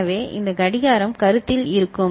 எனவே இந்த கடிகாரம் கருத்தில் இருக்கும்